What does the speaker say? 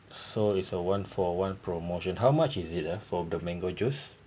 so it's a one for one promotion how much is it ah for the mango juice